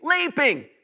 leaping